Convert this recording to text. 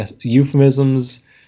euphemisms